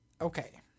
Okay